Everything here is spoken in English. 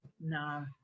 No